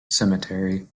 cemetery